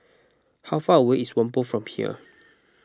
how far away is Whampoa from here